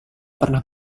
pernah